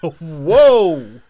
Whoa